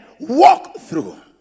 walkthrough